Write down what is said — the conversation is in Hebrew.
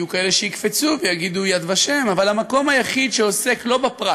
יהיו כאלה שיקפצו ויגידו: "יד ושם" אבל המקום היחיד שעוסק לא בפרט